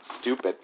stupid